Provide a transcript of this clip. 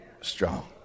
strong